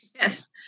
Yes